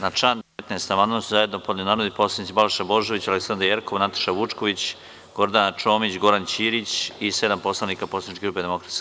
Na član 19. amandman su zajedno podneli narodni poslanici Balša Božović, Aleksandra Jerkov, Nataša Vučković, Gordana Čomić, Goran Ćirić i sedam poslanika poslaničke grupe DS.